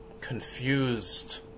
confused